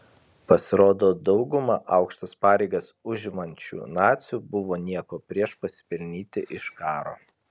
pasirodo dauguma aukštas pareigas užimančių nacių buvo nieko prieš pasipelnyti iš karo